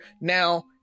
now